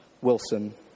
Wilson